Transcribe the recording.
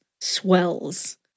swells